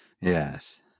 Yes